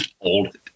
old